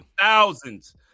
thousands